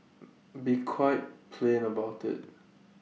be quite plain about IT